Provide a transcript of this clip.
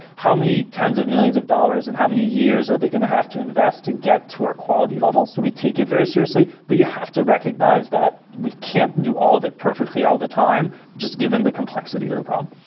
how many tens of millions of dollars and how many years are they going to have to invest to get to our quality level? so we take it very seriously, but you have to recognize that we can't do all of it perfectly all the time just given the complexity to the problem.